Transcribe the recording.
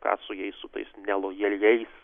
ką su jais su tais nelojaliais